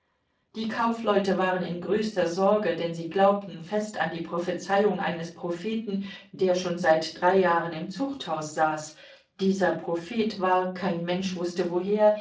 die kaufleute waren in größter sorge denn sie glaubten fest an die prophezeiung eines propheten der schon seit drei jahren im zuchthaus saß dieser prophet war kein mensch wußte woher